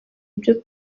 ibyo